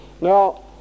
Now